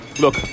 look